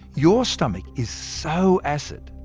your stomach is so acid,